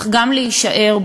אך גם להישאר בו.